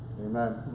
Amen